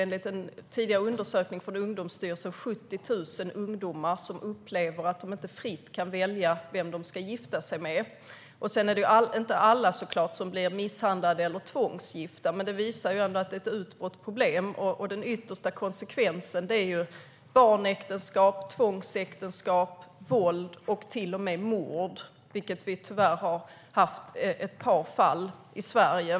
Enligt en tidigare undersökning gjord av Ungdomsstyrelsen finns det 70 000 ungdomar som upplever att de inte fritt kan välja vem de ska gifta sig med. Alla blir såklart inte misshandlade eller tvångsgifta, men det visar ändå att det är ett utbrett problem. Den yttersta konsekvensen är barnäktenskap, tvångsäktenskap, våld och till och med mord, vilket vi tyvärr haft ett par fall av i Sverige.